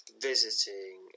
Visiting